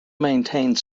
maintained